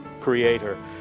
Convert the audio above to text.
Creator